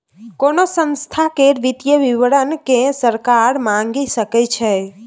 कोनो संस्था केर वित्तीय विवरण केँ सरकार मांगि सकै छै